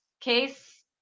case